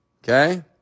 Okay